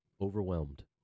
overwhelmed